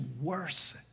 worse